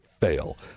fail